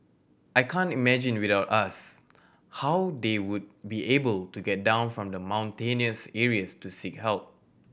I can't imagine without us how they would be able to get down from the mountainous areas to seek help